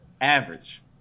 average